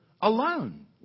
alone